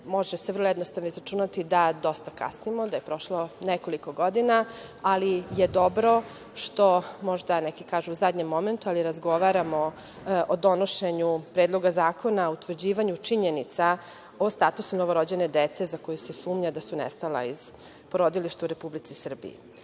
se vrlo jednostavno izračunati da dosta kasnimo, da je prošlo nekoliko godina, ali je dobro što možda, neki kažu u zadnjem momentu, ali razgovaramo o donošenju Predloga zakona o utvrđivanju činjenica o statusu novorođene dece za koju se sumnja da su nestala iz porodilišta u Republici Srbiji. Radi